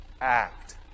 Act